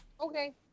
Okay